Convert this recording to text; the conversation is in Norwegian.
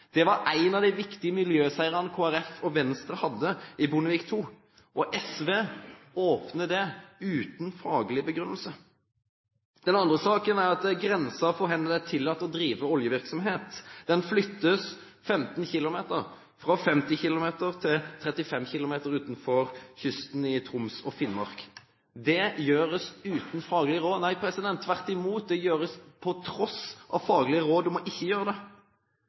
Det var én av de viktige miljøseirene Kristelig Folkeparti og Venstre hadde i Bondevik II. SV går inn for dette uten faglig begrunnelse. Det andre er at grensen for hvor det er tillatt å drive oljevirksomhet, flyttes 15 kilometer – fra 50 kilometer til 35 kilometer – utenfor kysten i Troms og Finnmark. Dette gjøres på tross av faglige råd om ikke å gjøre det.